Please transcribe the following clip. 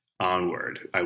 onward